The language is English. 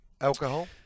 Alcohol